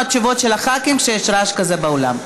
תשובות של הח"כים כשיש רעש כזה באולם.